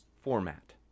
format